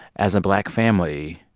as a black family,